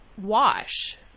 wash